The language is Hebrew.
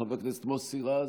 חבר הכנסת מוסי רז,